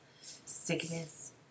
sickness